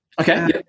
Okay